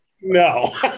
No